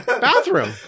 Bathroom